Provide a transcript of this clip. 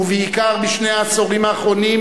ובעיקר בשני העשורים האחרונים,